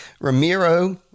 Ramiro